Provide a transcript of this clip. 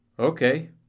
Okay